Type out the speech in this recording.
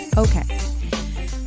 Okay